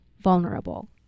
vulnerable